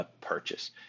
purchase